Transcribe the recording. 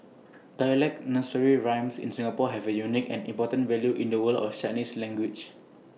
dialect nursery rhymes in Singapore have A unique and important value in the world of Chinese language